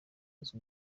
uzi